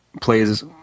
Plays